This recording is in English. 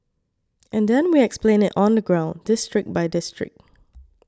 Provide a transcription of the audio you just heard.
and then we explained it on the ground district by district